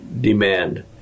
demand